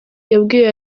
yabwiye